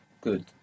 Good